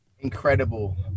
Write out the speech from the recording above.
incredible